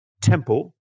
temple